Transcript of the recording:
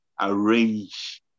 arrange